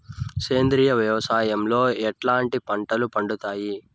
సేంద్రియ వ్యవసాయం లో ఎట్లాంటి పంటలు పండుతాయి